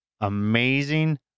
amazing